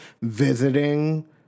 visiting